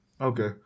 Okay